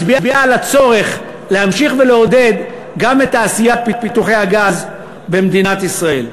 מצביעה על הצורך להמשיך ולעודד גם את תעשיית פיתוחי הגז במדינת ישראל.